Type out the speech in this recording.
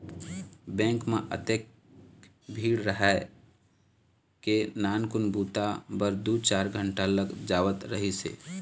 bank म अतेक भीड़ रहय के नानकुन बूता बर दू चार घंटा लग जावत रहिस हे